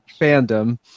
fandom